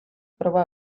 proba